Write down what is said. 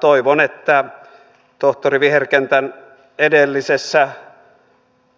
toivon että tohtori viherkentän edellisessä